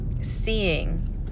seeing